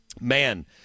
man